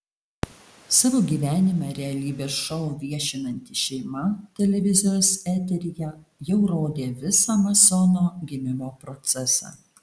savo gyvenimą realybės šou viešinanti šeima televizijos eteryje jau rodė visą masono gimimo procesą